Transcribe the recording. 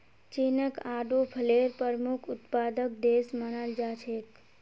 चीनक आडू फलेर प्रमुख उत्पादक देश मानाल जा छेक